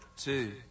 Two